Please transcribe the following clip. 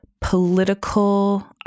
political